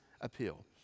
appeal